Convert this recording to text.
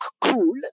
cool